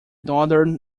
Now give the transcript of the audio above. northern